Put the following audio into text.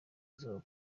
izuba